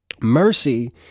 Mercy